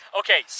okay